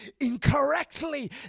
incorrectly